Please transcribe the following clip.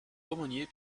aumônier